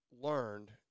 learned